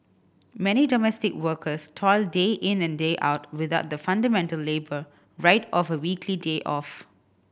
many domestic workers toil day in and day out without the fundamental labour right of a weekly day off